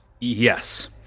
Yes